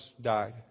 died